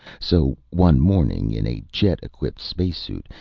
so, one morning, in a jet-equipped space-suit,